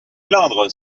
plaindre